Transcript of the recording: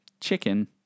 Chicken